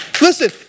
Listen